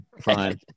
Fine